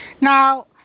Now